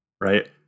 right